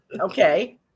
Okay